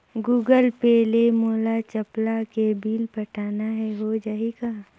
Google Pay ले मोल चपला के बिल पटाना हे, हो जाही का?